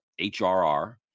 hrr